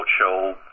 show